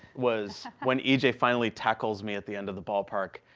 was when e j. finally tackles me at the end of the ballpark,